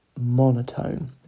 monotone